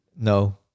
No